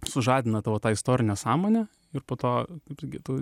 sužadina tavo tą istorinę sąmonę ir po to kaip sakyt tu